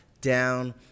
down